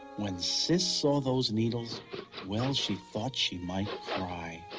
when sis saw those needles well she thought she might cry.